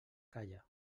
calla